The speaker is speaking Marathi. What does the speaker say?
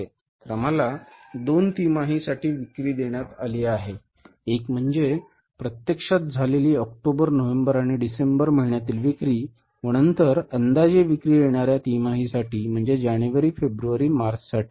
तर आम्हाला दोन तिमाहींसाठी विक्री देण्यात आली आहे एक म्हणजे प्रत्यक्षात झालेली ऑक्टोबर नोव्हेंबर आणि डिसेंबर महिन्यातील विक्री व नंतर अंदाजे विक्री येणाऱ्या तिमाही साठी म्हणजेच जानेवारी फेब्रुवारी मार्च साठी